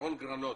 אהרון גרנות